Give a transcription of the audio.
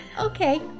Okay